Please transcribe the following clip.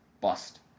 bust